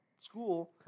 school